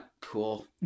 Cool